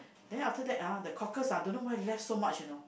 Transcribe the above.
then after that ah the cockles ah don't know why left so much you know